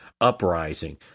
uprising